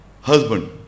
husband